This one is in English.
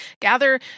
Gather